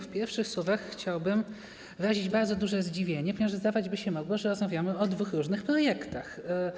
W pierwszych słowach chciałbym wyrazić bardzo duże zdziwienie, ponieważ zdawać by się mogło, że rozmawiamy o dwóch różnych projektach.